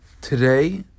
Today